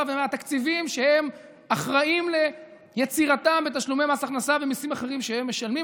ומהתקציבים שהם אחראים ליצירתם בתשלומי מס הכנסה ומיסים אחרים שהם משלמים.